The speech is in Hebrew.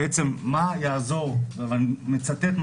כי בעצם ואני מצטט אותו